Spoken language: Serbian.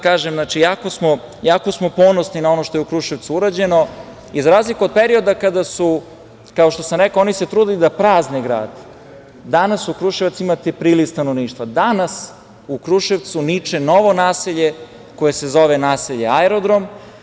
Kažem, jako smo ponosni na ono što je u Kruševcu urađeno i za razliku od perioda kada su se, kao što sam rekao, oni trudili da prazne grad, danas u Kruševcu imate priliv stanovništva, danas u Kruševcu niče novo naselje koje se zove „Naselje aerodrom“